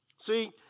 See